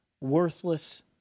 Worthless